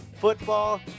football